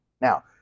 Now